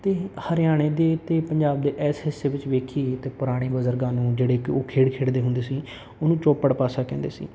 ਅਤੇ ਹਰਿਆਣੇ ਦੇ ਅਤੇ ਪੰਜਾਬ ਦੇ ਇਸ ਹਿੱਸੇ ਵਿੱਚ ਵੇਖੀਏ ਤਾਂ ਪੁਰਾਣੀ ਬਜ਼ੁਰਗਾਂ ਨੂੰ ਜਿਹੜੇ ਕਿ ਉਹ ਖੇਡ ਖੇਡਦੇ ਹੁੰਦੇ ਸੀ ਉਹਨੂੰ ਚੋਪੜ ਪਾਸਾ ਕਹਿੰਦੇ ਸੀ